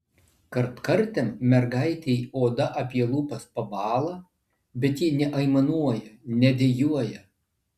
kartkartėm mergaitei oda apie lūpas pabąla bet ji neaimanuoja nedejuoja